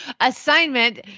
assignment